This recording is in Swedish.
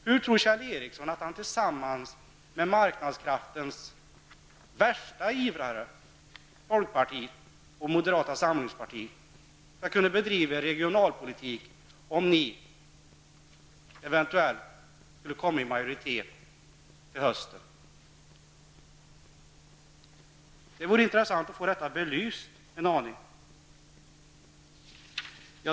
Hur tror Kjell Ericsson att centern tillsammans med marknadskrafternas värsta ivrare, folkpartiet och moderata samlingspartiet, skall kunna föra regionalpolitik om ni hamnar i majoritet till hösten? Det vore intressant att få det belyst.